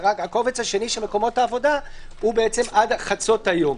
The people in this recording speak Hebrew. הקובץ השני של מקומות העבודה הוא עד חצות היום.